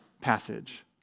passage